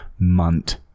Munt